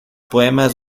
poemas